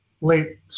late